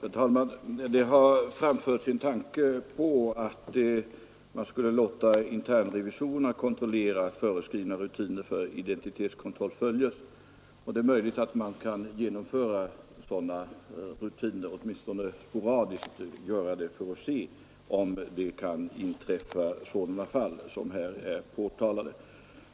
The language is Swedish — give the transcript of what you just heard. Herr talman! Det har framförts en tanke om att man skulle låta internrevisorerna kontrollera att föreskrivna rutiner för identitetskontroll följs, och det är möjligt att man kan genomföra sådana rutiner åtminstone sporadiskt för att se, om det kan inträffa sådana fall som här är påtalade.